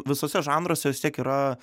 visuose žanruose vis tiek yra